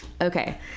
Okay